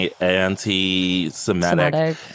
anti-Semitic